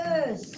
Yes